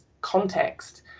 context